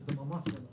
וזה ממש לא נכון.